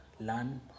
learn